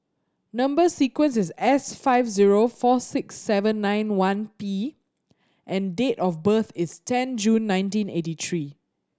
number sequence is S five zero four six seven nine one P and date of birth is ten June nineteen eighty three